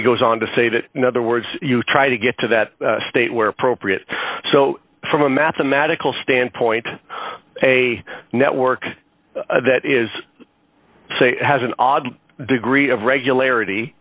he goes on to say that in other words you try to get to that state where appropriate so from a mathematical standpoint a network that is say has an odd degree of regularity